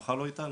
מקומך לא איתנו,